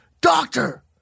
Doctor